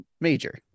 major